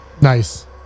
Nice